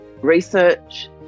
research